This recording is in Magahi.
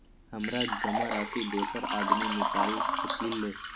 हमरा जमा राशि दोसर आदमी निकाल सकील?